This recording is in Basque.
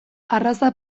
arraza